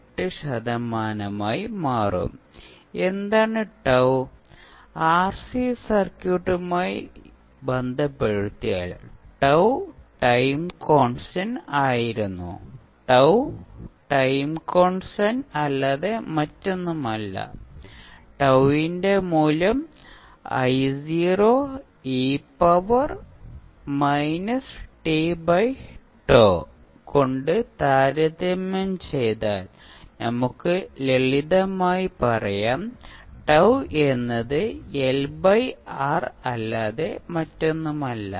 8 ശതമാനമായി മാറും എന്താണ് ടൌ ആർസി സർക്യൂട്ടുമായി ബന്ധപ്പെടുത്തിയാൽ ടൌ ടൈം കോൺസ്റ്റന്റ് ആയിരുന്നു ടൌ ടൈം കോൺസ്റ്റന്റ് അല്ലാതെ മറ്റൊന്നുമല്ല ടൌ ന്റെ മൂല്യം i0 e power minus t by tau കൊണ്ട് താരതമ്യം ചെയ്താൽ നമുക്ക് ലളിതമായി പറയാം ടൌ എന്നത് L by R അല്ലാതെ മറ്റൊന്നുമല്ല